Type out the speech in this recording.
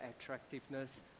attractiveness